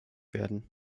werden